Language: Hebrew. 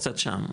קצת שם,